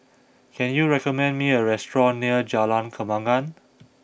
can you recommend me a restaurant near Jalan Kembangan